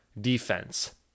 defense